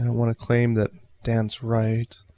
and want to claim that dan's right.